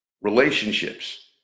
relationships